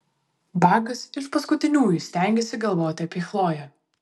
bakas iš paskutiniųjų stengėsi galvoti apie chloję